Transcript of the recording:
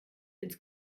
ins